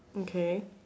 okay